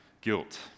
guilt